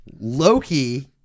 Loki